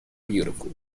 beautiful